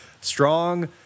strong